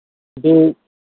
ꯑꯗꯨ